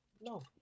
no